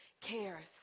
careth